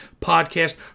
podcast